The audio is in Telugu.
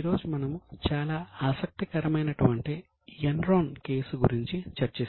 ఈ రోజు మనము చాలా ఆసక్తికరమైనటువంటి ఎన్రాన్ కేసు యంత్రాంగంలో